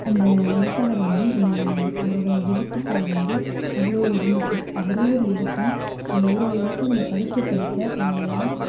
அந்த எழுத்தாளர் வந்து அவரோடய எழுத்துக்கள் வந்து அவ்வளோவு இருந்துச்சு ஒரு ஒரு எழுத்தும் அந்த ஒரு ஒரு எழுத்தையும் நம்ம படிக்க படிக்க நம்மளால்